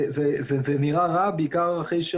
זה נראה רע בעיקר אחרי,